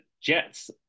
Jets